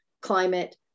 climate